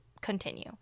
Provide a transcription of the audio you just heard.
continue